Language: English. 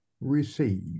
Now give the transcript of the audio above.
receive